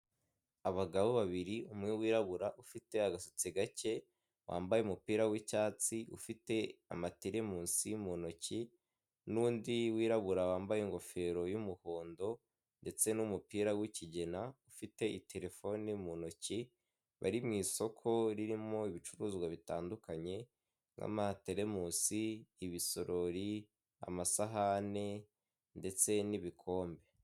Abagabo babiri umwe wirabura ufite agasatsi gake, wambaye umupira w'icyatsi ufite amatirimusi mu ntoki n'undi wirabura wambaye ingofero y'umuhondo ndetse n'umupira w'ikigina ufite iterefone mu ntoki, bari mu isoko ririmo ibicuruzwa bitandukanye nk'amatelimusi, ibisorori, amasahane ndetse n'ibikombe.